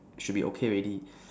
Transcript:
should be okay already